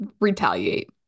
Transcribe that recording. retaliate